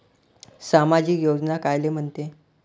सामाजिक योजना कायले म्हंते?